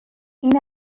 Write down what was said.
این